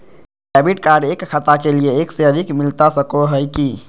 Debit card एक खाता के लिए एक से अधिक मिलता सको है की?